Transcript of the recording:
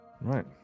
Right